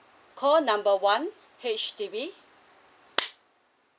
call number one H_D_B